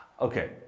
okay